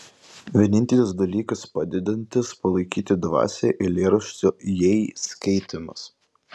vienintelis dalykas padedantis palaikyti dvasią eilėraščio jei skaitymas